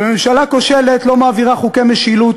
אבל ממשלה כושלת לא מעבירה חוקי משילות